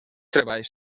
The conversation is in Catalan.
treballs